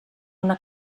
una